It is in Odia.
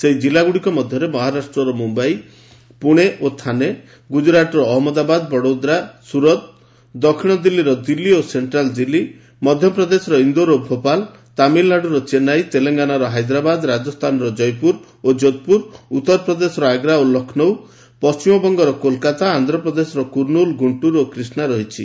ସେହି ଜିଲ୍ଲାଗୁଡ଼ିକ ମଧ୍ୟରେ ମହାରାଷ୍ଟ୍ରର ମୁମ୍ବାଇ ପୁଣେ ଓ ଥାନେ ଗୁଜ୍ଜୁରାତ୍ର ଅହମ୍ମଦାବାଦ ବଡ଼ୌଦ୍ରା ଓ ସୁରତ୍ ଦକ୍ଷିଣ ଦିଲ୍ଲୀର ଦିଲ୍ଲୀ ଓ ସେକ୍ଷ୍ଟାଲ୍ ଦିଲ୍ଲୀ ମଧ୍ୟପ୍ରଦେଶର ଇନ୍ଦୋର୍ ଓ ଭୋପାଳ ତାମିଲନାଡୁର ଚେନ୍ନାଇ ତେଲଙ୍ଗାନାର ହାଇଦ୍ରାବାବଦ ରାଜସ୍ଥାନର ଜୟପ୍ରର ଓ ଯୋଧପୁର ଉତ୍ତର ପ୍ରଦେଶର ଆଗ୍ରା ଓ ଲକ୍ଷ୍ନୌ ପଣ୍ଟିମବଙ୍ଗର କୋଲ୍କାତା ଆନ୍ଧ୍ର ପ୍ରଦେଶର କୁର୍ନୁଲ୍ ଗୁଣ୍ଟୁର୍ ଓ କ୍ରିଷ୍ଣା ରହିଛି